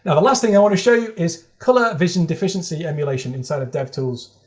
the last thing i want to show you is color vision deficiency emulation inside of devtools.